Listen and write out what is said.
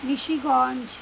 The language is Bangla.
ঋষিগঞ্জ